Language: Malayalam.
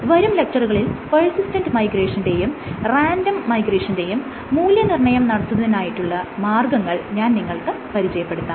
വരും ലെക്ച്ചറുകളിൽ പെർസിസ്റ്റന്റ് മൈഗ്രേഷന്റെയും റാൻഡം മൈഗ്രേഷന്റെയും മൂല്യംനിർണ്ണയം നടത്തുന്നതിനായുള്ള മാർഗങ്ങൾ ഞാൻ നിങ്ങൾക്ക് പരിചയപ്പെടുത്താം